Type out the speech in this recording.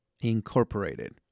Incorporated